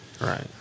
right